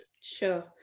Sure